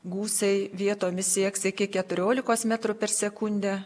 gūsiai vietomis sieks iki keturiolikos metrų per sekundę